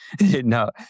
No